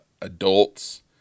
adults